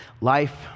Life